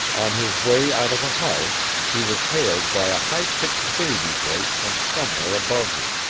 on his way out of the house he was hailed by a highpitched baby voice from somewhere above him.